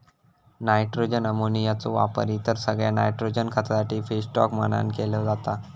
nitrogen अमोनियाचो वापर इतर सगळ्या नायट्रोजन खतासाठी फीडस्टॉक म्हणान केलो जाता